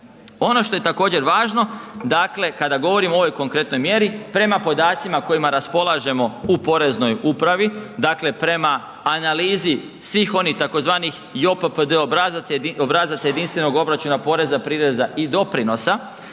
Ono što je također važno, dakle kada govorimo o ovoj konkretnoj mjeri, prema podacima kojima raspolažemo u poreznoj upravi, dakle prema analizi svih onih tzv. JOPPD obrazaca, obrazaca jedinstvenog obračuna poreza, prireza i doprinosa,